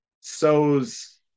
sows